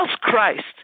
Christ